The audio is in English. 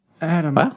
Adam